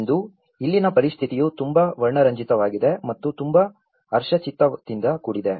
ಇಂದು ಇಲ್ಲಿನ ಪರಿಸ್ಥಿತಿಯು ತುಂಬಾ ವರ್ಣರಂಜಿತವಾಗಿದೆ ಮತ್ತು ತುಂಬಾ ಹರ್ಷಚಿತ್ತದಿಂದ ಕೂಡಿದೆ